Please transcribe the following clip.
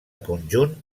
conjunt